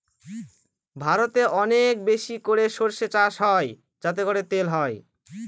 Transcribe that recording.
ভারতে অনেক বেশি করে সর্ষে চাষ হয় যাতে করে তেল হয়